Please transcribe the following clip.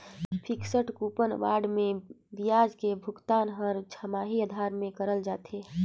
fixed coupon bond मे बियाज के भुगतान हर छमाही आधार में करल जाथे